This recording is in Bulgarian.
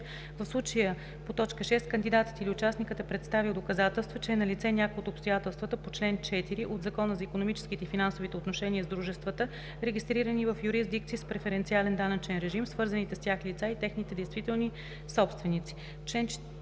в случая по т. 6 кандидатът или участникът е представил доказателства, че е налице някое от обстоятелствата по чл. 4 от Закона за икономическите и финансовите отношения с дружествата, регистрирани в юрисдикции с преференциален данъчен режим, свързаните с тях лица и техните действителни собственици.“